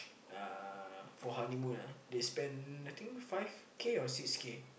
uh for honeymoon ah they spent I think five K or six K